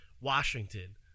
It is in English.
Washington